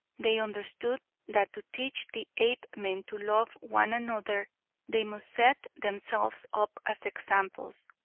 they understood that to teach the apemen to love one another they must set themselves up as examples,